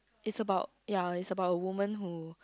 it's about ya it's about a woman who